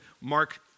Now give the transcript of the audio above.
Mark